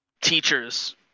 teachers